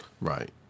Right